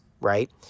right